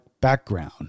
background